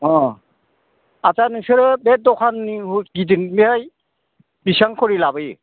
अ आस्सा नोंसोर बे दखान गिदिरैनो बेसेबां खरि लाबोयो